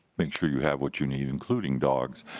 make sure you have what you need including dogs.